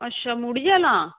अच्छा मुड़ियै लां